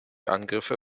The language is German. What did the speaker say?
angriffe